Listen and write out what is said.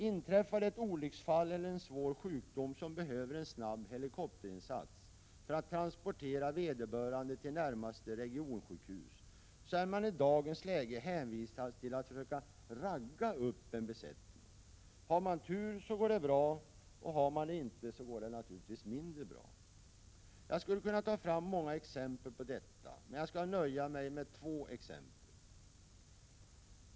Inträffar ett olycksfall eller ett svårt sjukdomsfall som kräver en snabb helikopterinsats för att transportera vederbörande till närmaste regionsjukhus, är man i dagens läge hänvisad till att försöka ”ragga upp” en besättning. Har man tur går det bra, men har man inte tur går det naturligtvis mindre bra. Jag skulle kunna ta fram många exempel på detta, men jag skall nöja mig med två.